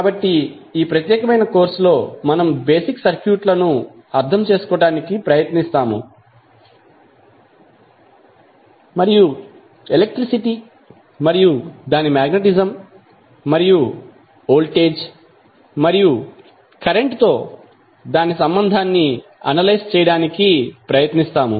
కాబట్టి ఈ ప్రత్యేకమైన కోర్సులో మనం బేసిక్ సర్క్యూట్లను అర్థం చేసుకోవడానికి ప్రయత్నిస్తాము మరియు ఎలక్ట్రిసిటీ మరియు దాని మాగ్నెటిజం మరియు వోల్టేజ్ మరియు కరెంట్తో దాని సంబంధాన్ని అనలైజ్ చేయడానికి ప్రయత్నిస్తాము